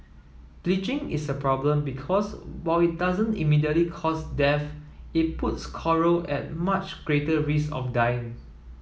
bleaching is a problem because while it doesn't immediately cause death it puts coral at much greater risk of dying